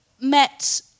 met